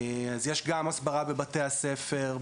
אז יש גם הסברה בבתי הספר,